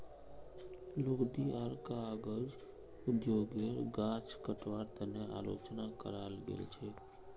लुगदी आर कागज उद्योगेर गाछ कटवार तने आलोचना कराल गेल छेक